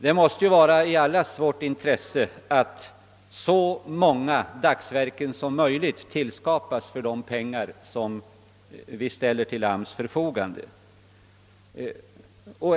Vi måste ju alla ha intresse av att så många dagsverken som möjligt tillskapas för de pengar som vi ställer till arbetsmarknadsverkets förfogande.